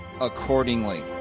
accordingly